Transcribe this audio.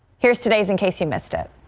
here's today's in case you missed it.